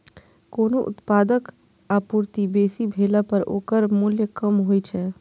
कोनो उत्पादक आपूर्ति बेसी भेला पर ओकर मूल्य कम होइ छै